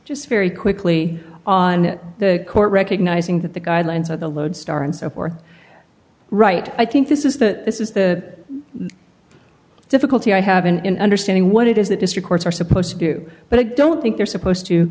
just very quickly on the court recognizing that the guidelines are the lodestar and so for right i think this is the this is the difficulty i have in understanding what it is that is your courts are supposed to do but i don't think they're supposed to